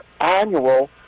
annual